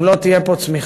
גם לא תהיה פה צמיחה.